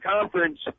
conference